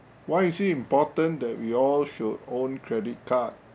why is it important that we all should own credit card